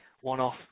one-off